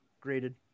graded